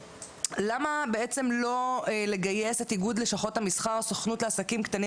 למה לא לגייס את איגוד לשכות המסחר ואת הסוכנות לעסקים קטנים